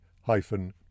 hyphen